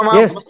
yes